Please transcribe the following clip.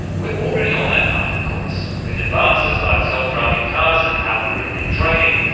we're already on that path, of course, with advances like self-driving cars and algorithmic trading,